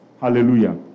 Hallelujah